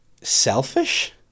selfish